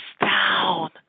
down